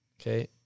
Okay